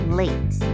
late